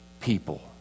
people